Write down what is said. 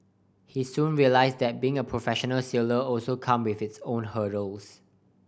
he soon realised that being a professional sailor also came with its own hurdles